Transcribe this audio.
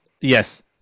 yes